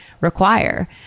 require